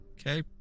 Okay